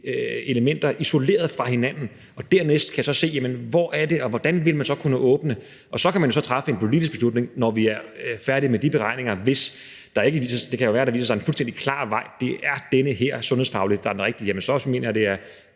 elementer isoleret fra hinanden. Og dernæst kan man så se på, hvor det er, og hvordan man så vil kunne åbne. Og så kan vi træffe en politisk beslutning, når vi er færdig med de beregninger. Det kan jo være, der viser sig en fuldstændig klar vej: Det er den her, der sundhedsfagligt er den rigtige. Så mener jeg også,